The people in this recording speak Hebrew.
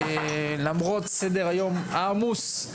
למרות סדר היום העמוס,